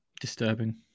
disturbing